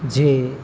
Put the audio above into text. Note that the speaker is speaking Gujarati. જે